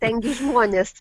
ten gi žmonės